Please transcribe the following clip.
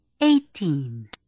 Eighteen